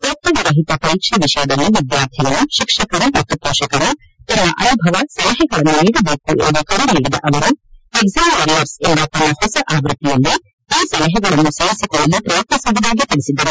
ಒತ್ತದರಹಿತ ಪರೀಕ್ಷೆ ವಿಷಯದಲ್ಲಿ ವಿದ್ಯಾರ್ಥಿಗಳು ಶಿಕ್ಷಕರು ಮತ್ತು ಪೋಷಕರು ತಮ್ಮ ಅನುಭವ ಸಲಹೆಗಳನ್ನು ನೀಡಬೇಕು ಎಂದು ಕರೆ ನೀಡಿದ ಅವರು ಎಕ್ಸಾಮ್ ವಾರಿಯರ್ಸ್ ಎಂಬ ತಮ್ಮ ಹೊಸ ಆವ್ವತ್ತಿಯಲ್ಲಿ ಈ ಸಲಹೆಗಳನ್ನು ಸೇರಿಸಿಕೊಳ್ಳಲು ಪ್ರಯತ್ತಿಸುವುದಾಗಿ ತಿಳಿಸಿದರು